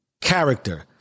character